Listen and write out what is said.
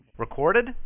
Recorded